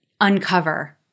uncover